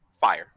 fire